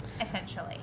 essentially